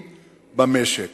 למעסיקים במשק?